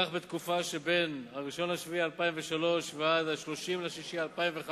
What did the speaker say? כך בתקופה שבין 1 ביולי 2003 ועד 30 ביוני